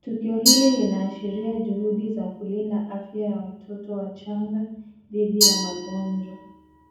Tukio hili linaashiria juhudi za kulinda afya ya watoto wachanga dhidi ya magonjwa.